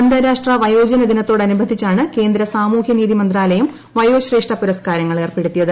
അന്താരാഷ്ട്ര വയോജന ദിനത്തോടനുബന്ധിച്ചാണ് കേന്ദ്ര സാമൂഹ്യനീതി മന്ത്രാലയം വയോശ്രേഷ്ഠ പുരസ്ക്കാരങ്ങൾ ഏർപ്പെടുത്തിയത്